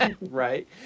Right